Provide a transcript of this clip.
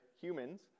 humans